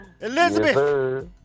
Elizabeth